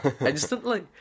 instantly